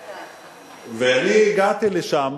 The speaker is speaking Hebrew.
ואני הגעתי לשם